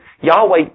Yahweh